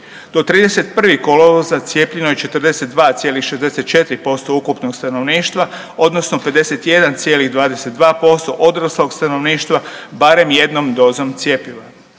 Do 31. kolovoza cijepljeno je 42,64% ukupnog stanovništva odnosno 51,22% odraslog stanovništva barem jednom dozom cjepiva.